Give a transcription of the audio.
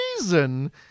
reason